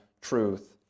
truth